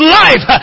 life